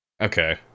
Okay